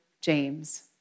James